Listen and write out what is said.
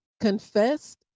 confessed